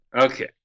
Okay